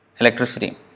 electricity